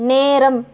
நேரம்